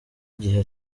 igihe